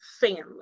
family